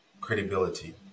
credibility